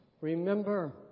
Remember